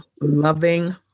loving